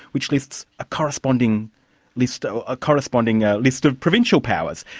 which lists a corresponding list so ah corresponding list of provincial powers.